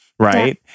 Right